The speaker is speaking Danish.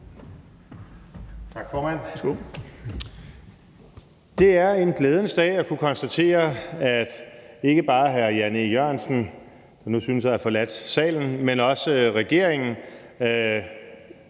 Det er en glædens dag, når man kan konstatere, at ikke bare hr. Jan E. Jørgensen, der nu synes at have forladt salen, men også regeringen